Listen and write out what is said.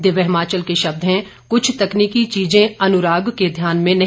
दिव्य हिमाचल के शब्द हैं कुछ तकनीकी चीजें अनुराग के ध्यान में नहीं